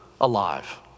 alive